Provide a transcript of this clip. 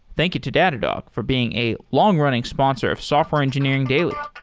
thank you to datadog for being a long-running sponsor of software engineering daily